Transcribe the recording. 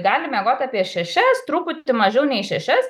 gali miegot apie šešias truputį mažiau nei šešias